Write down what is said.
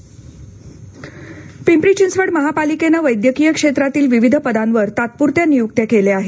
पिंपरी चिंचवड पिंपरी चिंचवड महापालिकेनं वैद्यकीय क्षेत्रातील विविध पदांवर तात्पुरत्या नियुक्त्या केल्या आहेत